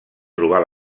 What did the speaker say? trobar